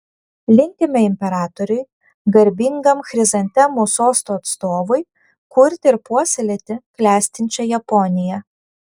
linkime imperatoriui garbingam chrizantemų sosto atstovui kurti ir puoselėti klestinčią japoniją